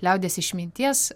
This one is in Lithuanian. liaudies išminties